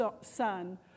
son